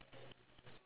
ya